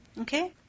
Okay